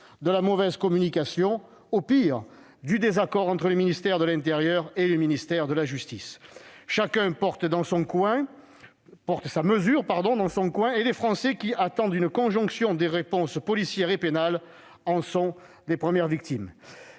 de la mauvaise communication, au pire, du désaccord entre le ministère de l'intérieur et le ministère de la justice. Chacun porte sa mesure dans son coin, et les Français, qui attendent une conjonction des réponses policières et pénales, en sont les premières victimes.